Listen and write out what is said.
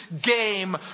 game